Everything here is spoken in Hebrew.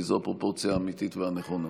כי זו הפרופורציה האמיתית והנכונה.